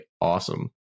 awesome